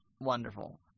wonderful